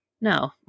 No